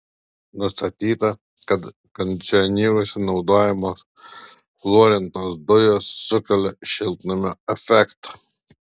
nustatyta kad kondicionieriuose naudojamos fluorintos dujos sukelia šiltnamio efektą